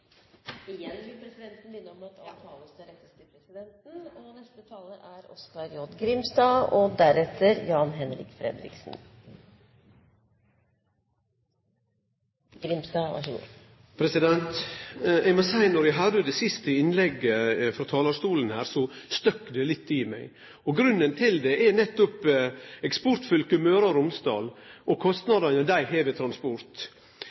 Igjen vil presidenten minne om at all tale skal rettes til presidenten. Eg må seie at då eg høyrde det siste innlegget frå talarstolen her, støkk det litt i meg. Grunnen til det er nettopp eksportfylket Møre og Romsdal og kostnadene dei har med transport.